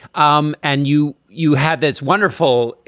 um and you you have. that's wonderful.